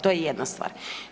To je jedna stvar.